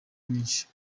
nyinshi